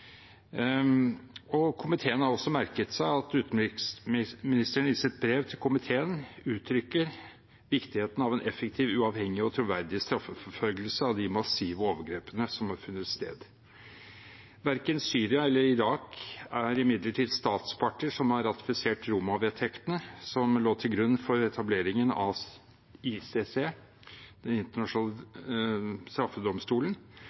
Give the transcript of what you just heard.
og villet. Komiteen har også merket seg at utenriksministeren i sitt brev til komiteen uttrykker viktigheten av en effektiv, uavhengig og troverdig straffeforfølgelse av de massive overgrepene som har funnet sted. Verken Syria eller Irak er imidlertid statsparter som har ratifisert Roma-vedtektene, som lå til grunn for etableringen av ICC, Den internasjonale